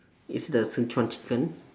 is the sichuan chicken